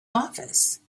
office